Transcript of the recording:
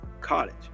college